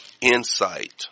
Insight